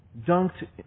dunked